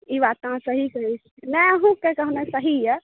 ई बात अहाँ सही कहै छी नहि अहूँ के कहनाइ सही अइ